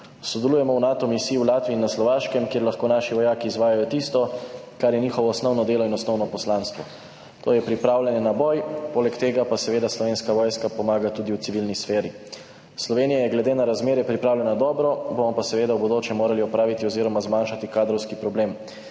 sodelujemo v Nato misiji v Latviji in na Slovaškem, kjer lahko naši vojaki izvajajo tisto, kar je njihovo osnovno delo in osnovno poslanstvo, to je pripravljanje na boj, poleg tega pa seveda Slovenska vojska pomaga tudi v civilni sferi. Slovenija je glede na razmere pripravljena dobro, bomo pa seveda v bodoče morali opraviti oziroma zmanjšati kadrovski problem.